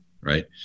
Right